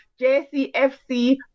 JCFC